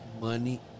money